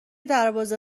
دربازه